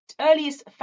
earliest